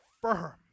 firm